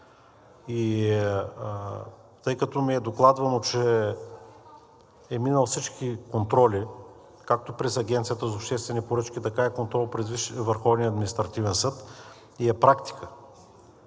тъй като ми е докладвано, че са минали всички контроли както през Агенцията по обществени поръчки, така и контрол през Върховния